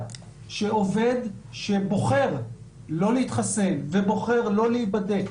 שעובד שבוחר לא להתחסן ובוחר לא להיבדק